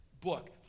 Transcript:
book